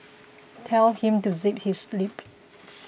tell him to zip his lip